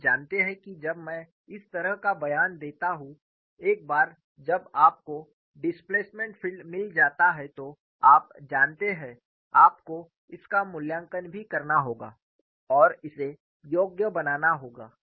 आप जानते हैं कि जब मैं इस तरह का बयान देता हूं एक बार जब आपको डिस्प्लेसमेंट फील्ड मिल जाता है तो आप जानते हैं आपको इसका मूल्यांकन भी करना होगा और इसे योग्य बनाना होगा